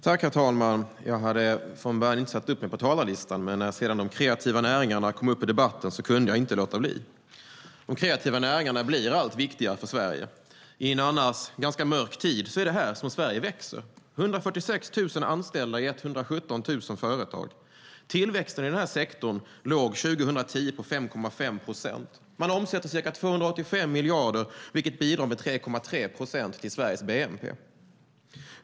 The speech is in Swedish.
Herr talman! Jag hade från början inte satt upp mig på talarlistan, men när de kreativa näringarna kom upp i debatten kunde jag inte låta bli. De kreativa näringarna blir allt viktigare för Sverige. I en annars ganska mörk tid är det här som Sverige växer. Det är 146 000 anställda i 117 000 företag. Tillväxten inom denna sektor låg 2010 på 5,5 procent. Man omsätter ca 285 miljarder, vilket bidrar med 3,3 procent till Sveriges bnp.